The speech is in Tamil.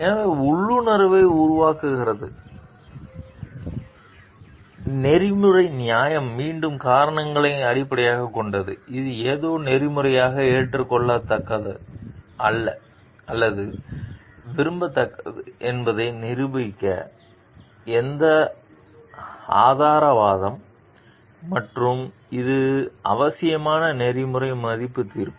எனவே அது உள்ளுணர்வை உருவாக்குகிறது எனவே நெறிமுறை நியாயம் மீண்டும் காரணங்களை அடிப்படையாகக் கொண்டது இது ஏதோ நெறிமுறையாக ஏற்றுக்கொள்ளத்தக்கது அல்லது விரும்பத்தக்கது என்பதை நிரூபிக்க எந்த ஆதார வாதம் மற்றும் இது அவசியமான நெறிமுறை மதிப்பு தீர்ப்பு